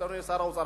אדוני שר האוצר,